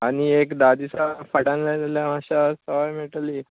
आनी एक धा दिसा फाटल्यान जाय जाल्यार मातशें सवाय मेळटली